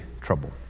trouble